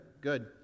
good